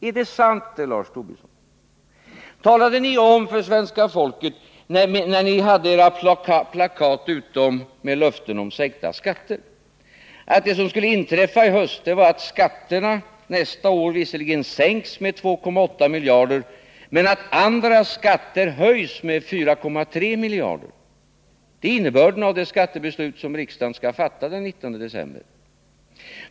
Är det sant det, Lars Tobisson? När ni hade era plakat uppe med löfte om sänkta skatter, talade ni då om för svenska folket att det som skulle inträffa i höst var att en del skatter visserligen skulle sänkas med 2,8 miljarder kronor men att andra skatter samtidigt skulle höjas med 4,3 miljarder? Det är innebörden av det skattebeslut som riksdagen skall fatta den 19 december.